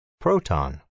proton